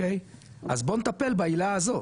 אז בוא נטפל בה הילה הזאת.